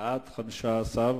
והגנת הסביבה נתקבלה.